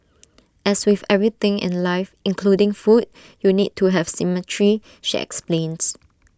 as with everything in life including food you need to have symmetry she explains